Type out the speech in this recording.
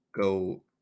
go